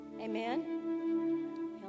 Amen